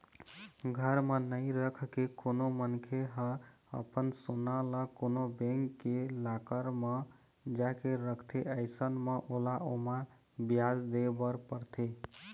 घर म नइ रखके कोनो मनखे ह अपन सोना ल कोनो बेंक के लॉकर म जाके रखथे अइसन म ओला ओमा बियाज दे बर परथे